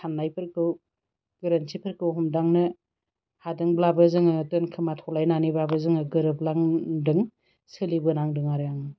साननायफोरखौ गोरोन्थिफोरखौ हमदांनो हादोंब्लाबो जोङो दोनखोमाथ'लायनानैबाबो जोङो गोरोबलांदों सोलिबोनांदों आरो आं